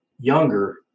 younger